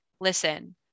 listen